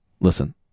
Listen